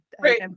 Right